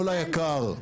לא ליק"ר.